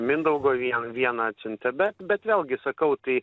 mindaugo vien vieną atsiuntė bet bet vėlgi sakau tai